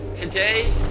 Today